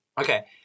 Okay